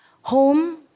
home